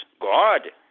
God